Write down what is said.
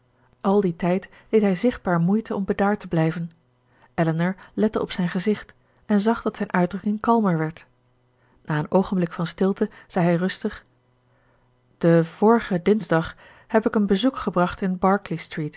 al dien tijd deed hij zichtbaar moeite om bedaard te blijven elinor lette op zijn gezicht en zag dat zijn uitdrukking kalmer werd na een oogenblik van stilte zei hij rustig den vorigen dinsdag heb ik een bezoek gebracht in berkeley street